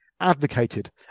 advocated